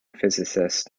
physicist